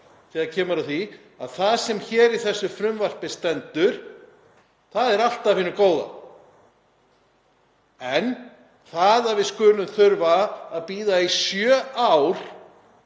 þegar kemur að því að það sem hér í þessu frumvarpi stendur, það er allt af hinu góða. En það að við skulum þurfa að bíða í sjö ár